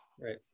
Right